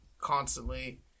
constantly